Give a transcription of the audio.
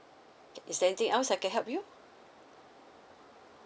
K is there anything else I can help you